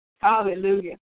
Hallelujah